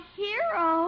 hero